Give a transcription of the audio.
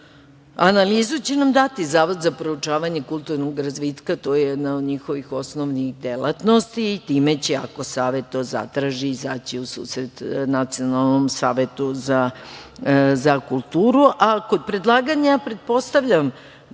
zakone. Analizu će nam dati Zavod za proučavanje kulturnog razvitka, to je jedna od njihovih osnovnih delatnosti i time će, ako Savet to zatraži, izaći u susret Nacionalnom savetu za kulturu, a kod predlaganja pretpostavljam